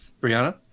Brianna